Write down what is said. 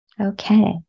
Okay